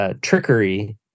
trickery